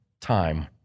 time